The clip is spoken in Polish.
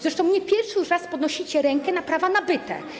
Zresztą już nie pierwszy raz podnosicie rękę na prawa nabyte.